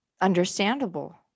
Understandable